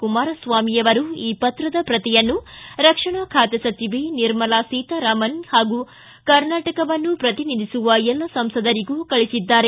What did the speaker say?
ಕುಮಾರಸ್ವಾಮಿ ಈ ಪತ್ರದ ಪ್ರತಿಯನ್ನು ರಕ್ಷಣಾ ಖಾತೆ ಸಚಿವೆ ನಿರ್ಮಲಾ ಸೀತಾರಾಮನ್ ಹಾಗೂ ಕರ್ನಾಟವನ್ನು ಪ್ರತಿನಿಧಿಸುವ ಎಲ್ಲ ಸಂಸದರಿಗೂ ಕಳಿಸಿದ್ದಾರೆ